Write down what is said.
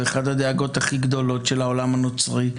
ואחת הדאגות הכי גדולות של העולם הנוצרי,